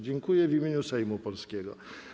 Dziękuję w imieniu Sejmu polskiego.